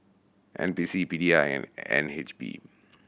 N P C P D I and N H B